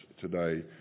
today